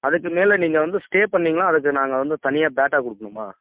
அதுக்குமேலே நீங்கள் வந்து ஸ்டே பண்ணீங்கன்னால் அதுக்கு நாங்கள் வந்து தனியாக பேட்டா கொடுக்கணுமா